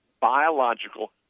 biological